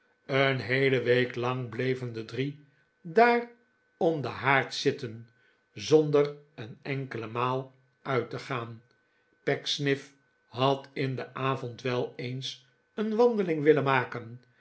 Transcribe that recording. een heele week lang bleven de drie daar om den haard zitten zonder een enkele maal uit te gaan pecksniff had in den avond wel eens een wandeling willen maken